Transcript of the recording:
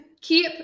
keep